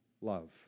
love